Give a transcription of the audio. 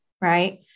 Right